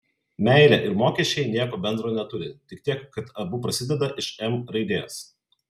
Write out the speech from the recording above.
meilė ir mokesčiai nieko bendro neturi tik tiek kad abu prasideda iš m raidės